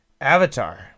Avatar